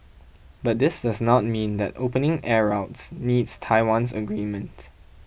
but this does not mean that opening air routes needs Taiwan's agreement